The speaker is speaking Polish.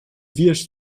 wiesz